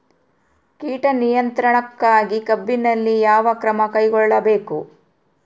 ಕೇಟ ನಿಯಂತ್ರಣಕ್ಕಾಗಿ ಕಬ್ಬಿನಲ್ಲಿ ಯಾವ ಕ್ರಮ ಕೈಗೊಳ್ಳಬೇಕು?